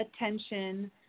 attention